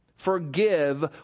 Forgive